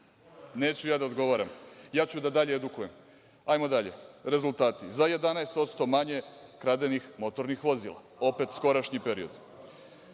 Neću ja da odgovaram. Ja ću da edukujem. Hajmo dalje, rezulti – za 11% manje kradenih motornih vozila, opet skorašnji period.